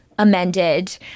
amended